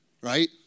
right